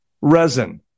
resin